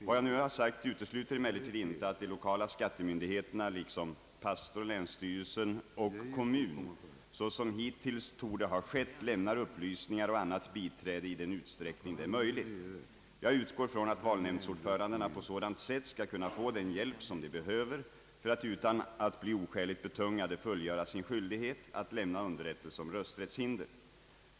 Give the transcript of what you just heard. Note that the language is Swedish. Vad jag nu har sagt utesluter emellertid inte att de lokala skattemyndigheterna — liksom pastor, länsstyrelsen och kommun — såsom hittills torde ha skett lämnar upplysningar och annat biträde i den utsträckning det är möjligt. Jag utgår från att valnämndsordförandena på sådant sätt skall kunna få den hjälp som de behöver för att utan att bli oskäligt betungade fullgöra sin skyldighet att lämna underrättelse om rösträttshinder.